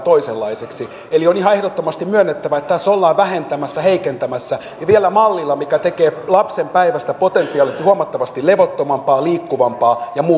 on ihan ehdottomasti myönnettävä että tässä ollaan vähentämässä ja heikentämässä ja vielä mallilla mikä tekee lapsen päivästä potentiaalisesti huomattavasti levottomampaa liikkuvampaa ja muuttuvampaa